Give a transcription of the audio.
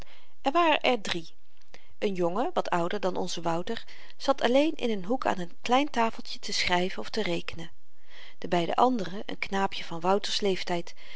er waren er drie een jongen wat ouder dan onze wouter zat alleen in n hoek aan n klein tafeltje te schryven of te rekenen de beide anderen n knaapje van wouters leeftyd